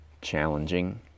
challenging